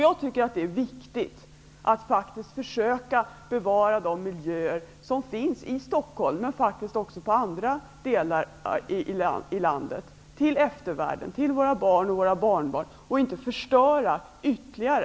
Jag tycker att det är viktigt att försöka bevara de miljöer som finns i Stockholm, men faktiskt också i andra delar av landet, till eftervärlden, till våra barn och barnbarn, och inte förstöra ytterligare.